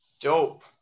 dope